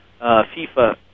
FIFA